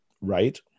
Right